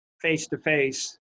face-to-face